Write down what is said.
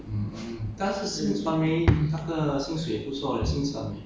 actually 是 depend on different people lah different people they're different